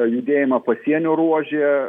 judėjimą pasienio ruože